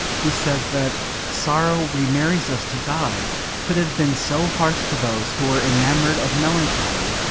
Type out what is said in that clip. who says that sorrow remarries us to god could have been so harsh to those who were enamoured of melancholy,